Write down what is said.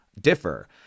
differ